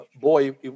Boy